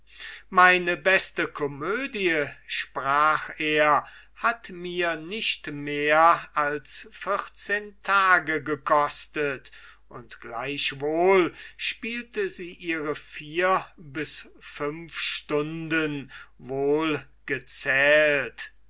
meine beste komödie sprach er hat mich nicht mehr als vierzehn tage gekostet und gleichwohl spielt sie ihre vier bis fünf stunden